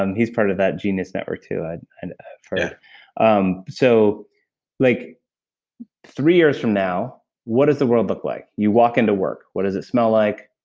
um he's part of that genius network too, i've and heard yeah um so like three years from now, what does the world look like? you walk into work, what does it smell like?